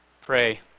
pray